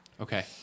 Okay